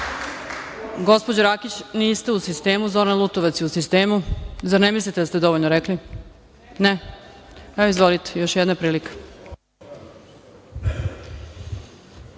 Rakić, niste u sistemu. Zoran Lutovac je u sistemu. Zar ne mislite da ste dovoljno rekli? Izvolite, još jedna prilika.